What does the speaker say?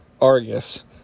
Argus